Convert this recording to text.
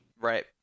right